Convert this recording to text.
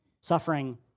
Suffering